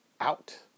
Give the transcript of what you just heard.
out